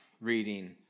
reading